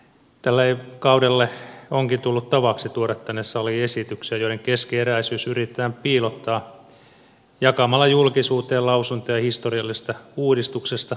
tälle kaudelle onkin tullut tavaksi tuoda tänne saliin esityksiä joiden keskeneräisyys yritetään piilottaa jakamalla julkisuuteen lausuntoja historiallisesta uudistuksesta